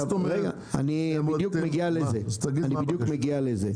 אני בדיוק מגיע לזה.